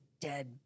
dead